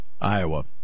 Iowa